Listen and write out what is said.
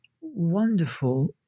wonderful